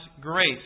grace